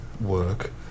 work